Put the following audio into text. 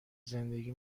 زندگی